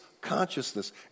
consciousness